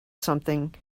something